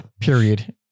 period